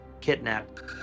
kidnapped